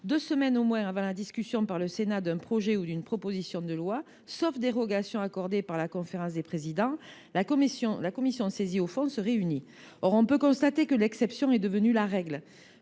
Deux semaines au moins avant la discussion par le Sénat d’un projet ou d’une proposition de loi, sauf dérogation accordée par la Conférence des Présidents, la commission saisie au fond se réunit. » Pourtant, nous constatons tous que l’exception est devenue la règle